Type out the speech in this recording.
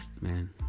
man